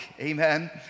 amen